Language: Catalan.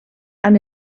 han